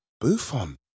Buffon